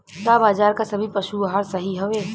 का बाजार क सभी पशु आहार सही हवें?